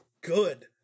good